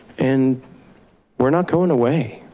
and we're not going away,